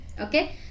Okay